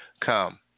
come